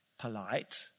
polite